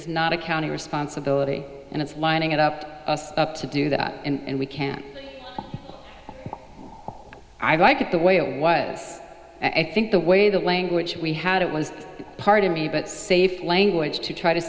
is not a county responsibility and it's lining it up up to do that and we can't i can't the way it was i think the way the language we had it was part of me but safe language to try to